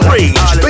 Rage